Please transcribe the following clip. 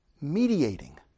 Mediating